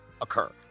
occur